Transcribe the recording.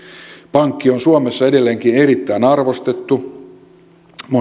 pankki on suomessa edelleenkin erittäin arvostettu